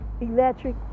electric